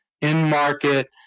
in-market